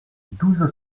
douze